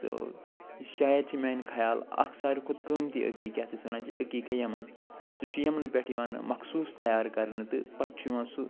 تو یہِ شاید چھُ میٛانہِ خیال اکھ ساروٕے کھۄتہٕ قۭمتی أکیٖک یَتھ أسۍ وَنان چھِ أکیٖکَے یَمن سُہ چھُ یَمنہٕ پٮ۪ٹھ یِوان مخصوٗص تیار کرنہٕ تہٕ پتہٕ چھُ یِوان سُہ